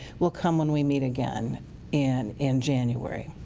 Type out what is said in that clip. will come when we meet again and in january.